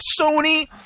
Sony